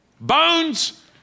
Bones